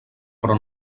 però